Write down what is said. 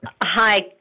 Hi